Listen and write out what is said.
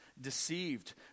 deceived